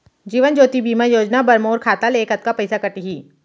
जीवन ज्योति बीमा योजना बर मोर खाता ले कतका पइसा कटही?